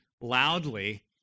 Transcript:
loudly